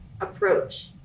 approach